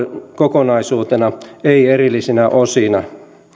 kokonaisuutena ei erillisinä osina